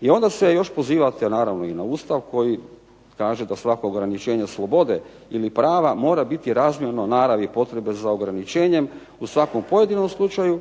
I onda se još pozivate i na Ustav koji kaže da svako ograničenje slobode ili prava mora biti razmjerno naravi potrebe za ograničenjem u svakom pojedinom slučaju